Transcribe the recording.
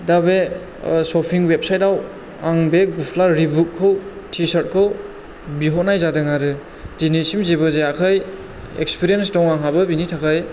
दा बे शपिं वेबसाइटआव आं बे गुस्ला रिबुकखौ टि सार्टखौ बिहरनाय जादों आरो दिनैसिम जेबो जायाखै एक्सपिरियेन्स दं आंहाबो बिनि थाखाय